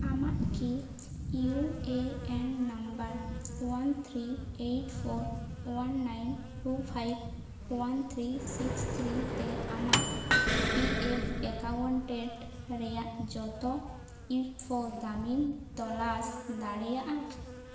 ᱟᱢᱟᱜ ᱠᱤ U A N number one three eight four one nine two five one three six three ᱛᱮ ᱟᱢᱟᱜ P F accounted ᱨᱮᱭᱟᱜ ᱡᱚᱛᱚ ᱤ ᱯᱷᱳ ᱫᱟᱹᱢᱤᱢ ᱛᱚᱞᱟᱥ ᱫᱟᱲᱮᱭᱟᱜᱼᱟ